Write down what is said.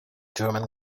german